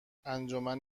انجمن